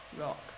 rock